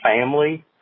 family